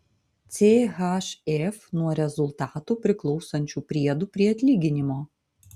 chf nuo rezultatų priklausančių priedų prie atlyginimo